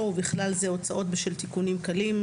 ובכלל זה הוצאות בשל תיקונים קלים,